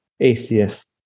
ACS